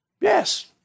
Yes